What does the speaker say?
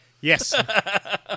Yes